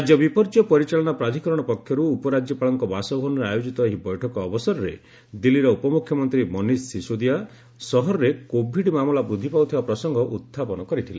ରାଜ୍ୟ ବିପର୍ଯ୍ୟୟ ପରିଚାଳନା ପ୍ରାଧିକରଣ ପକ୍ଷରୁ ଉପରାଜ୍ୟପାଳଙ୍କ ବାସଭବନରେ ଆୟୋଜିତ ଏହି ବୈଠକ ଅବସରରେ ଦିଲ୍ଲୀର ଉପମ୍ରଖ୍ୟମନ୍ତ୍ରୀ ମନୀଷ ସିଶୋଦିଆ ସହରରେ କୋଭିଡ୍ ମାମଲା ବୃଦ୍ଧି ପାଉଥିବା ପ୍ରସଙ୍ଗ ଉଦ୍ଧାପନ କରିଥିଲେ